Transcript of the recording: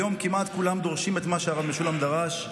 היום כמעט כולם דורשים את מה שהרב משולם דרש,